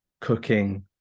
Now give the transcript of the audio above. cooking